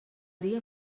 dia